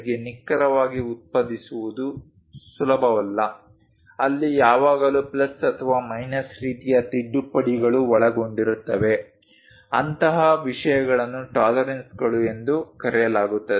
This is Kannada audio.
ಗೆ ನಿಖರವಾಗಿ ಉತ್ಪಾದಿಸುವುದು ಸುಲಭವಲ್ಲ ಅಲ್ಲಿ ಯಾವಾಗಲೂ ಪ್ಲಸ್ ಅಥವಾ ಮೈನಸ್ ರೀತಿಯ ತಿದ್ದುಪಡಿಗಳು ಒಳಗೊಂಡಿರುತ್ತವೆ ಅಂತಹ ವಿಷಯಗಳನ್ನು ಟಾಲರೆನ್ಸ್ಗಳು ಎಂದು ಕರೆಯಲಾಗುತ್ತದೆ